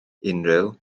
unrhyw